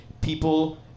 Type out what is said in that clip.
people